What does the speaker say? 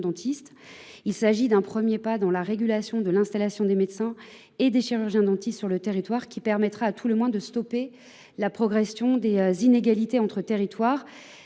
Il s’agirait d’un premier pas vers la régulation de l’installation des médecins et des chirurgiens dentistes sur le territoire, qui permettra, à tout le moins, de stopper la progression des inégalités entre territoires.